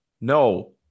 No